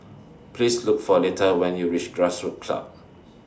Please Look For Lethia when YOU REACH Grassroots Club